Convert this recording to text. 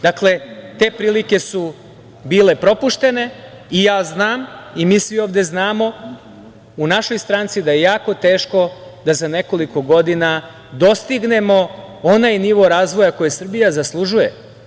Dakle, te prilike su bile propuštene i ja znam, svi ovde znamo, u našoj stranci je jako teško da za nekoliko godina dostignemo onaj nivo razvoja koji Srbija zaslužuje.